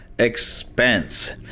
Expense